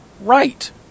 Right